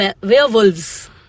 Werewolves